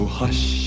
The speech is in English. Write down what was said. hush